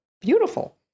beautiful